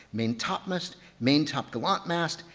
main topmast, main top gallant mast,